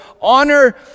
honor